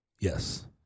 Yes